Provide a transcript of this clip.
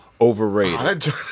overrated